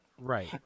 right